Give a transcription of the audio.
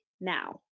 now